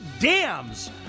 dams